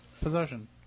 possession